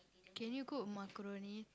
can you cook macaroni